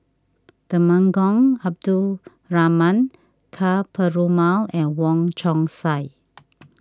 Temenggong Abdul Rahman Ka Perumal and Wong Chong Sai